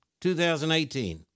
2018